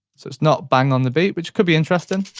it's it's not bang on the beat, which could be interesting.